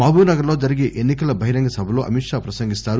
మహబూబ్నగర్ లో జరిగే ఎన్సి కల బహిరంగ సభలో అమిత్షా ప్రసంగిస్తారు